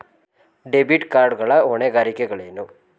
Debit card ಗಳ ಹೊಣೆಗಾರಿಕೆಗಳೇನು?